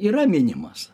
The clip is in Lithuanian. yra minimas